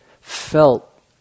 felt